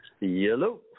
Yellow